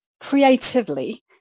creatively